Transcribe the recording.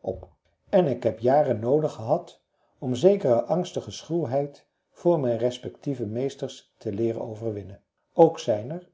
op en ik heb jaren noodig gehad om zekere angstige schuwheid voor mijn respectieve meesters te leeren overwinnen ook zijn er